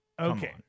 okay